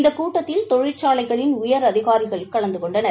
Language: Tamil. இந்த கூட்டத்தில் தொழிற்சாலைகளின் உயரதிகாரிகள் கலந்து கொண்டனர்